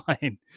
fine